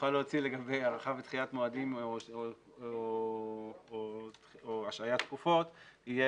יוכל להוציא לגבי הארכה ודחיית מועדים או השהיית תקופות יהיה